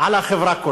על החברה כולה.